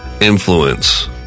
influence